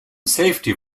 safety